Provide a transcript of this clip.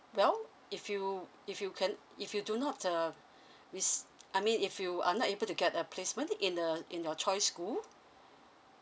well if you if you can if you do not uh rec~ I mean if you are not able to get a placement in the in your choice school